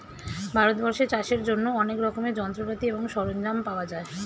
ভারতবর্ষে চাষের জন্য অনেক রকমের যন্ত্রপাতি এবং সরঞ্জাম পাওয়া যায়